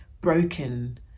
broken